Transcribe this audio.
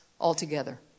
altogether